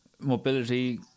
mobility